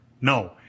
No